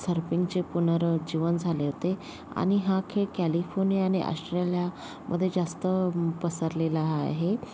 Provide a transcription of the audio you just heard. सर्फिंगचे पुनरुज्जीवन झाले होते आणि हा खेळ कॅलिफोनिया आणि आष्ट्रेलियामध्ये जास्त पसरलेला आहे